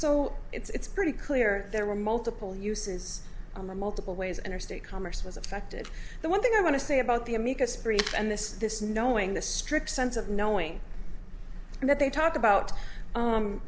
so it's pretty clear there were multiple uses a multiple ways and her state commerce was affected the one thing i want to say about the amicus brief and this this knowing the strict sense of knowing that they talk about